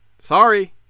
Sorry